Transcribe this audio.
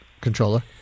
Controller